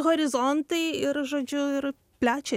horizontai ir žodžiu ir plečia